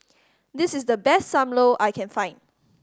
this is the best Sam Lau I can find